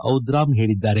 ಜಿದ್ರಾಮ್ ಹೇಳಿದ್ದಾರೆ